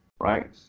right